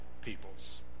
peoples